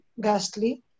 ghastly